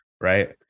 right